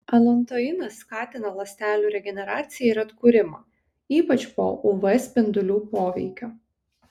alantoinas skatina ląstelių regeneraciją ir atkūrimą ypač po uv spindulių poveikio